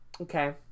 Okay